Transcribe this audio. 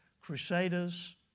Crusaders